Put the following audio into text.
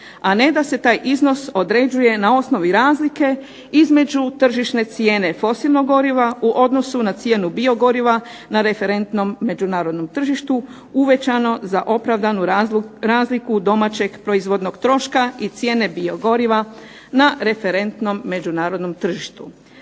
a ne da se taj iznos određuje na osnovi razlike između tržišne cijene fosilnog goriva u odnosu na cijenu biogoriva na referentnom međunarodnom tržištu uvećano za opravdanu razliku domaćeg proizvodnog troška i cijene biogoriva na referentnom međunarodnom tržištu.